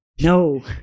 no